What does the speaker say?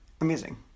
Amazing